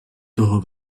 toho